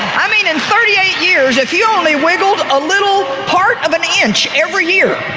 i mean, in thirty eight years, if you only wiggled a little part of an inch every year,